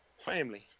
Family